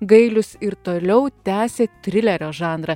gailius ir toliau tęsė trilerio žanrą